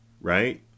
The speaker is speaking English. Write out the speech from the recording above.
right